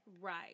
Right